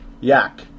Yak